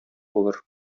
булыр